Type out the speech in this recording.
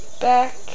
back